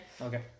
okay